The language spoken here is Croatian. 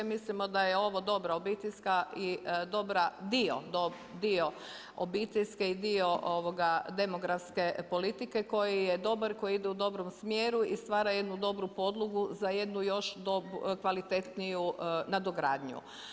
Mislimo da je ovo dobra obiteljska i dobra, dio obiteljske i dio demografske politike koji je dobar koji ide u dobrom smjeru i stvara jednu dobru podlogu za jednu još kvalitetniju nadogradnju.